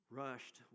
rushed